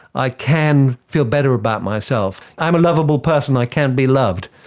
i can feel better about myself. i'm a lovable person, i can be loved.